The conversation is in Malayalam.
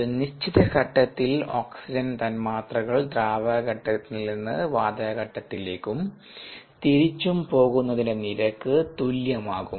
ഒരു നിശ്ചിത ഘട്ടത്തിൽ ഓക്സിജൻ തന്മാത്രകൾ ദ്രാവകഘട്ടത്തിൽ നിന്ന് വാതക ഘട്ടത്തിലേക്കും തിരിച്ചും പോകുന്നതിന്റെ നിരക്ക് തുല്യമാകും